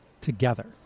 together